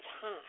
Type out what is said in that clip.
time